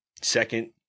Second